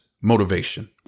motivation